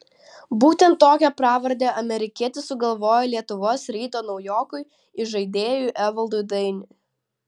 būtent tokią pravardę amerikietis sugalvojo lietuvos ryto naujokui įžaidėjui evaldui dainiui